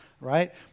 right